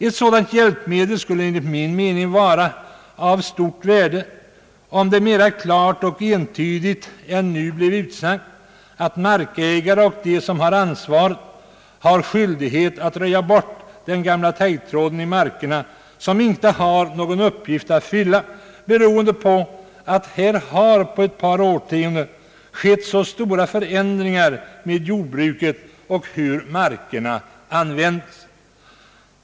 Ett sådant hjälpmedel av stort värde skulle enligt min mening vara om det mera klart och entydigt än nu bleve utsagt att markägaren och de som i övrigt har ansvaret är skyldiga att röja bort den gamla taggtråden i markerna, som inte har någon uppgift att fylla, beroende på att det på ett par årtionden skett stora förändringar i jordbruket och be träffande markernas användning.